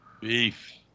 Beef